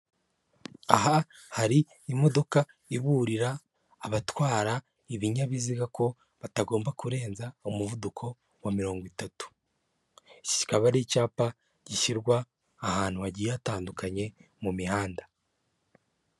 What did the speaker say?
Aha hari imodoka iburira abatwara ibinyabiziga ko batagomba kurenza umuvuduko wa mirongo itatu. Iki kikaba ari icyapa gishyirwa ahantu hagiye hatandukanye mu mihanda.